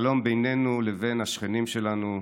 שלום בינינו לבין השכנים שלנו.